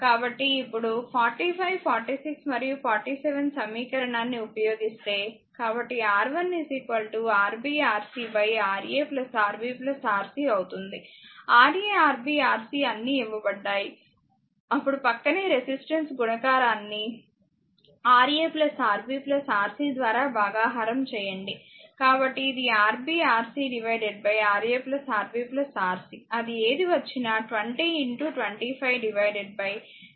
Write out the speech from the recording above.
కాబట్టి ఇప్పుడు 45 46 మరియు 47 సమీకరణాన్ని ఉపయోగిస్తే కాబట్టి R1 Rb Rc Ra Rb Rc అవుతుంది Ra Rb Rc అన్నీ ఇవ్వబడ్డాయి అప్పుడు ప్రక్కనే రెసిస్టెన్స్ గుణకారాన్ని ని Ra Rb Rc ద్వారా భాగహారం చేయండి కాబట్టి ఇది Rb Rc Ra Rb Rc అది ఏది వచ్చినా 20 25 15 20 25